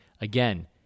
Again